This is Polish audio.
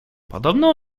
podobną